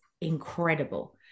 incredible